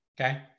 okay